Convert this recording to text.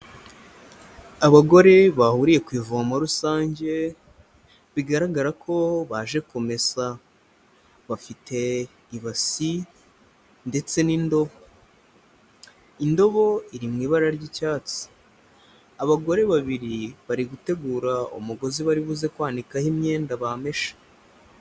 Abagore bahuriye ku ivomo rusange bigaragara ko baje kumesa, bafite ibasi ndetse n'indobo, indobo iri mu ibara ry'icyatsi, abagore babiri bari gutegura umugozi bari buze kwanikaho imyenda bameshe.